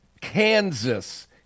Kansas